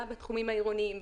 גם בתחומים העירוניים,